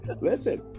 Listen